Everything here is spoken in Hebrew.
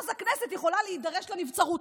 אז הכנסת יכולה להידרש לנבצרות.